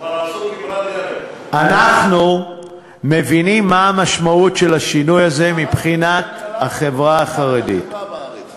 מיקי לוי, יש לך טעות, כבר עשו כברת דרך.